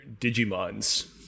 digimons